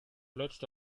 letzte